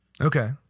Okay